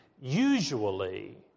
usually